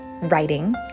writing